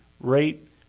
Rate